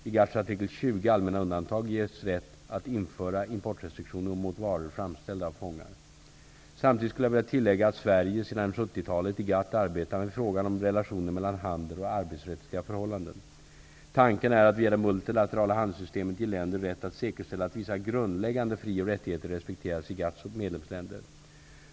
I GATT:s artikel XX -- Allmänna undantag -- ges rätt att införa importrestriktioner mot varor framställda av fångar. Samtidigt skulle jag vilja tillägga att Sverige sedan 1970-talet i GATT arbetar med frågan om relationen mellan handel och arbetsrättsliga förhållanden. Tanken är att via det multilaterala handelssystemet ge länder rätt att säkerställa att vissa grundläggande fri och rättigheter respekeras i GATT:s medlemsländer.